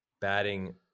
batting